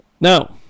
No